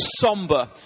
somber